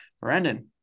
brandon